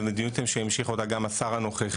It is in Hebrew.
זה מדיניות שהמשיך אותה גם השר הנוכחי,